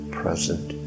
present